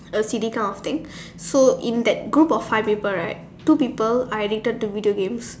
L C D kind of thing so in that group of five people right two people are addicted to video game